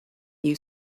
you